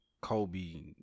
Kobe